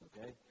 Okay